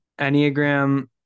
Enneagram